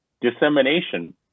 dissemination